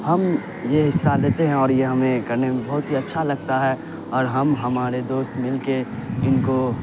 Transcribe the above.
ہم یہ حصہ لیتے ہیں اور یہ ہمیں کرنے میں بہت ہی اچھا لگتا ہے اور ہم ہمارے دوست مل کے ان کو